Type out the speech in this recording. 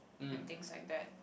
and things like that